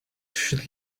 should